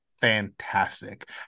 fantastic